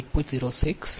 06 107